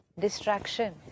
distraction